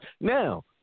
Now